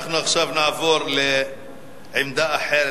אנחנו עכשיו נעבור לעמדה אחרת.